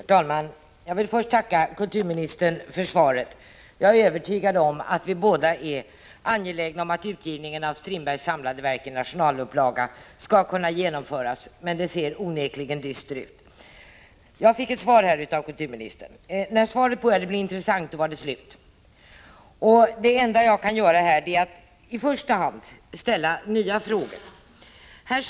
Herr talman! Jag vill först tacka kulturministern för svaret. Jag är övertygad om att vi båda är angelägna om att utgivningen av Strindbergs samlade verk i nationalutgåva skall kunna genomföras, men det ser onekligen dystert ut. Jag fick ett svar av kulturministern, men när svaret började bli intressant var det slut. Det enda jag kan göra är att ställa nya frågor.